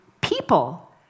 People